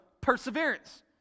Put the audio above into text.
perseverance